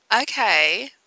okay